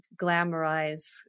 glamorize